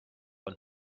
und